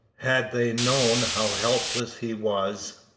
had they known how helpless he was,